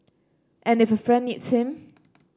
and if a friend needs him